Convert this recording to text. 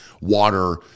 water